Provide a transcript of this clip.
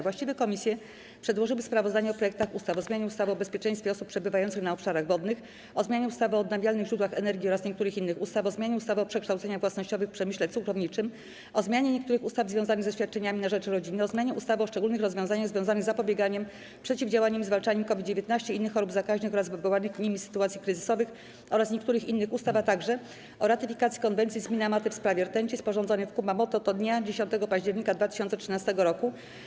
Właściwe komisje przedłożyły sprawozdania o projektach ustaw: - o zmianie ustawy o bezpieczeństwie osób przebywających na obszarach wodnych, - o zmianie ustawy o odnawialnych źródłach energii oraz niektórych innych ustawy, - o zmianie ustawy o przekształceniach własnościowych w przemyśle cukrowniczym, - o zmianie niektórych ustaw związanych ze świadczeniami na rzecz rodziny, - o zmianie ustawy o szczególnych rozwiązaniach związanych z zapobieganiem, przeciwdziałaniem i zwalczaniem COVID-19, innych chorób zakaźnych oraz wywołanych nimi sytuacji kryzysowych oraz niektórych innych ustaw, - o ratyfikacji Konwencji z Minamaty w sprawie rtęci, sporządzonej w Kumamoto dnia 10 października 2013 roku.